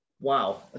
Wow